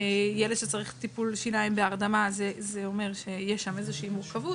ילד שצריך טיפול שיניים בהרדמה זה אומר שיש שם איזושהי מורכבות